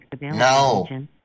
no